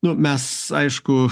nu mes aišku